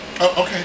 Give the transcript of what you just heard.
Okay